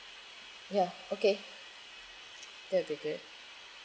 ya okay that will be good